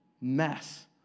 mess